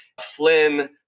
Flynn